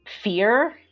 fear